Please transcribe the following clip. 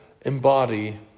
embody